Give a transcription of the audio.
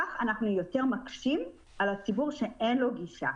כך אנחנו יותר מקשים על הציבור שאין לו גישה.